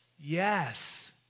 yes